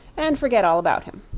and forget all about him.